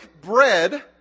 bread